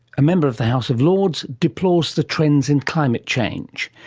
a member of the house of lords deplores the trends in climate change.